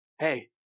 Hey